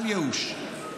אל ייאוש.